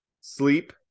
sleep